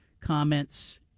comments